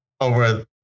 over